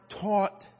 taught